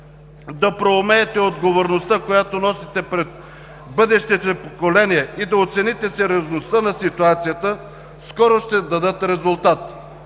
да проумеете отговорността, която носите пред бъдещите поколения и да оцените сериозността на ситуацията, скоро ще дадат резултат.